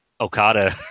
Okada